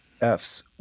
f's